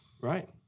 Right